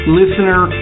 listener